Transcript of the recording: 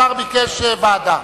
השר ביקש ועדה.